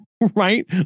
Right